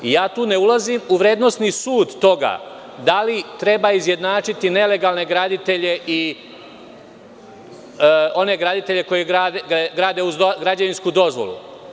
Ne ulazim u vrednosni sud toga da li treba izjednačiti nelegalne graditelje i one graditelje koji grade uz građevinsku dozvolu.